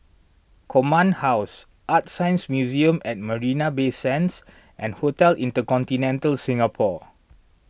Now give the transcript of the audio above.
Command House ArtScience Museum at Marina Bay Sands and Hotel Intercontinental Singapore